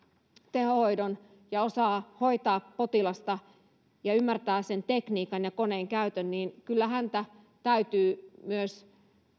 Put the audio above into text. tehohoidon ja osaa hoitaa potilasta ja ymmärtää sen tekniikan ja koneen käytön niin kyllä sillä ammattitaidolla häntä täytyy myös